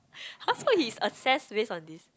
household he's assessed based on this